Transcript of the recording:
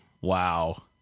Wow